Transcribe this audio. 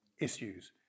issues